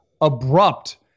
abrupt